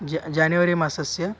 ज जानवरी मासस्य